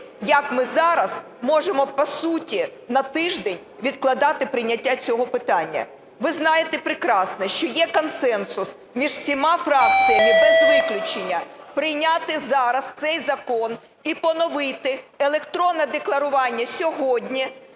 як ми зараз можемо по суті на тиждень відкладати прийняття цього питання? Ви знаєте прекрасно, що є консенсус між всіма фракціями без виключення – прийняти зараз цей закон і поновити електронне декларування сьогодні,